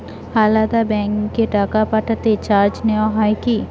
আলাদা ব্যাংকে টাকা পাঠালে চার্জ নেওয়া হয় কি?